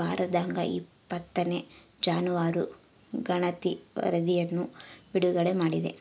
ಭಾರತದಾಗಇಪ್ಪತ್ತನೇ ಜಾನುವಾರು ಗಣತಿ ವರಧಿಯನ್ನು ಬಿಡುಗಡೆ ಮಾಡಿದೆ